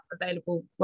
available